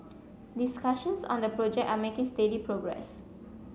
discussions on the project are making steady progress